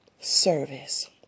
service